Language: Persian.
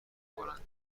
میکنند